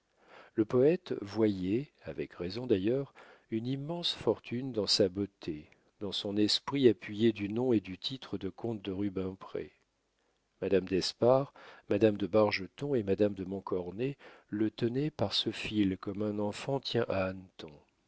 le poète voyait avec raison d'ailleurs une immense fortune dans sa beauté dans son esprit appuyés du nom et du titre de comte de rubempré madame d'espard madame de bargeton et madame de montcornet le tenaient par ce fil comme un enfant tient un hanneton